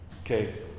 Okay